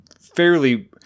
fairly